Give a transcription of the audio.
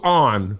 on